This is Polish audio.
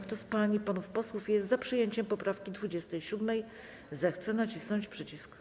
Kto z pań i panów posłów jest za przyjęciem poprawki 27., zechce nacisnąć przycisk.